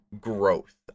growth